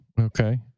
Okay